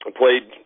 played